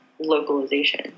localization